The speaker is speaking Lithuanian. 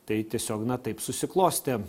tai tiesiog na taip susiklostė